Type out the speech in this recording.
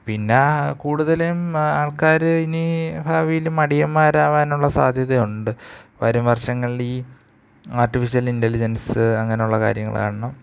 പിന്നെ കൂടുതലും ആൾക്കാർ ഇനി ഭാവിയിൽ മടിയന്മാർ ആവാനുള്ള സാധ്യതയുണ്ട് വരും വർഷങ്ങളിൽ ഈ ആർട്ടിഫിഷ്യൽ ഇൻറലിജൻസ് അങ്ങനെയുള്ള കാര്യങ്ങൾ കാരണം